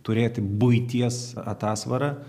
turėti buities atasvarą